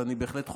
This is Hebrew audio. ואני בהחלט חושב,